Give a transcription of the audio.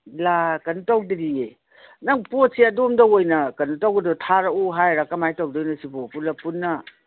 ꯂꯥ ꯀꯩꯅꯣ ꯇꯧꯗ꯭ꯔꯤꯌꯦ ꯅꯪ ꯄꯣꯠꯁꯦ ꯑꯗꯣꯝꯗ ꯑꯣꯏꯅ ꯀꯩꯅꯣ ꯇꯧꯕꯗꯣ ꯊꯥꯔꯛꯎ ꯍꯥꯏꯔ ꯀꯃꯥꯏꯅ ꯇꯧꯗꯣꯏꯅꯣ ꯁꯤꯕꯣ ꯄꯨꯂꯞ ꯄꯨꯟꯅ